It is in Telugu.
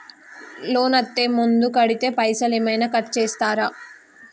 లోన్ అత్తే ముందే కడితే పైసలు ఏమైనా కట్ చేస్తరా?